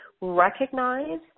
recognize